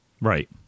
Right